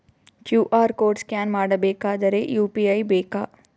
QR code scan ಮಾಡಬೇಕಾದರೆ UPI ಬೇಕಾ?